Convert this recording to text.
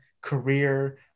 career